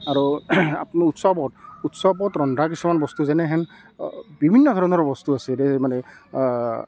আৰু আপোনাৰ উৎসৱত উৎসৱত ৰন্ধা কিছুমান বস্তু যেনেহেন বিভিন্ন ধৰণৰ বস্তু আছে এই মানে